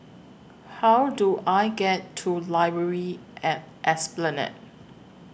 How Do I get to Library At Esplanade